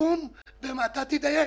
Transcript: הסיכום תדייק,